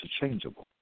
interchangeable